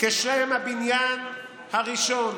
כשם הבניין הראשון